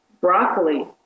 broccoli